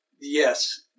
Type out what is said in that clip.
Yes